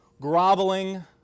groveling